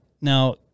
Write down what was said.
Now